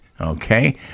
Okay